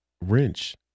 wrench